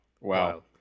Wow